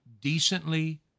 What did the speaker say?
decently